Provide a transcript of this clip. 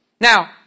Now